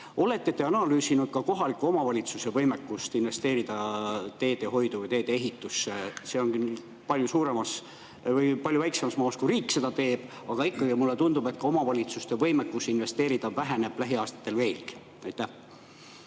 Olete te analüüsinud ka kohaliku omavalitsuse võimekust investeerida teedehoidu või teedeehitusse? Seda on küll palju väiksemas mahus, kui riik seda teeb, aga mulle tundub, et ka omavalitsuste võimekus investeerida väheneb lähiaastatel veelgi. Aitäh